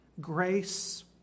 Grace